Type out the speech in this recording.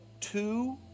two